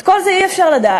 את כל זה אי-אפשר לדעת,